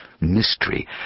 mystery